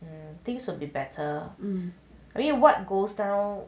things will be better I mean what goes down